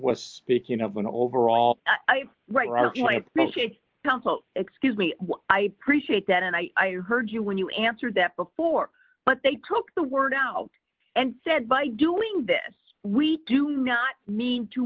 was speaking of an overall i rather like mr consul excuse me i appreciate that and i heard you when you answered that before but they took the word out and said by doing this we do not mean to